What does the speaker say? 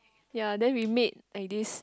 ya then we made I_Ds